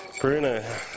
Bruno